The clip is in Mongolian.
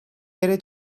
яриа